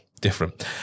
different